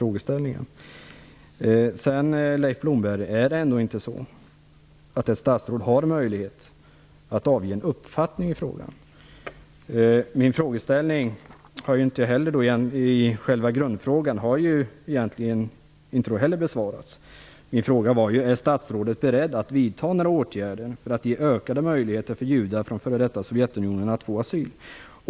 Är det ändå inte så, Leif Blomberg, att ett statsråd har möjlighet att avge en uppfattning i frågan? Min ursprungliga fråga har inte heller besvarats. Jag frågade om statsrådet är beredd att vidta några åtgärder för att ge ökade möjligheter för judar från f.d. Sovjetunionen att få asyl.